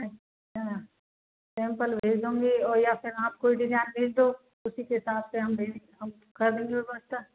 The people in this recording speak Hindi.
अच्छा सेम्पल भेज दूँगी और या फिर आप कोई डिज़ाइन भेज दो उसी के हिसाब से हम भेज कर देंगे व्यवस्था